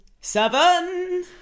seven